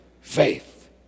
Faith